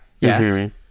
Yes